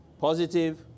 positive